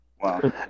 Wow